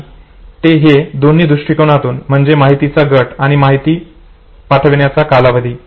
आणि ते ही दोन्ही दृष्टीकोनातून म्हणजेच माहितीचा गट आणि माहिती पाठविण्याचा कालावधी